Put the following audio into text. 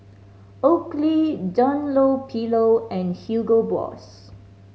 Oakley Dunlopillo and Hugo Boss